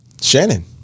Shannon